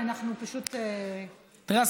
תראה,